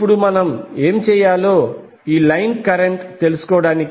ఇప్పుడు మనం ఏమి చేయాలో లైన్ కరెంట్ తెలుసుకోవడానికి